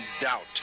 doubt